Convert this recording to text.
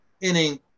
inning